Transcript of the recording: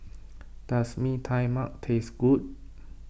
does Mee Tai Mak taste good